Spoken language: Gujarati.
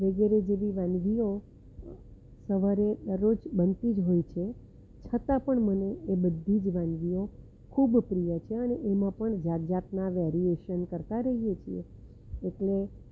વગેરે જેવી વાનગીઓ સવારે રોજ બનતી જ હોય છે છતાં પણ મને એ બધી જ વાનગીઓ ખૂબ પ્રિય છે અને એમાં પણ જાત જાતના વેરીએસન કરતાં રહીએ છીએ એટલે